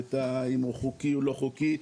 ואם הוא חוקי או לא חוקי,